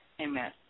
Amen